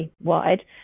wide